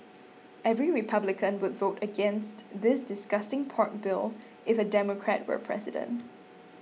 every Republican would vote against this disgusting pork bill if a Democrat were president